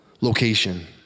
location